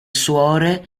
suore